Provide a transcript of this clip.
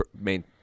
main